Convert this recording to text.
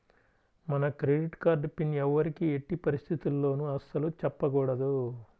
మన credit card PIN ఎవ్వరికీ ఎట్టి పరిస్థితుల్లోనూ అస్సలు చెప్పకూడదు